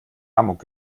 amok